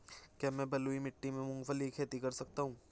क्या मैं बलुई मिट्टी में मूंगफली की खेती कर सकता हूँ?